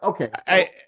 okay